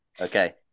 Okay